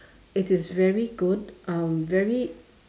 it is very good um very